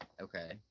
Okay